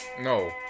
No